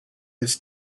his